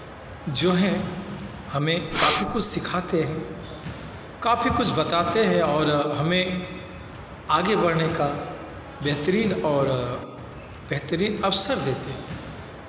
जो हैं हमें काफी कुछ सिखाते हैं काफी कुछ बताते हैं और हमें आगे बढ़ने का बेहतरीन और बेहतरीन अवसर देते हैं